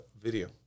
video